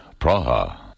Praha. (